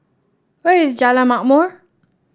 where is Jalan Ma'mor